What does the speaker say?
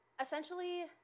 essentially